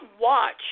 watch